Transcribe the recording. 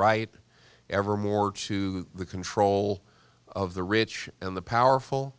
right ever more to the control of the rich and the powerful